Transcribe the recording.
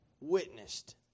witnessed